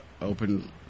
open